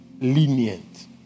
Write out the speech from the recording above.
lenient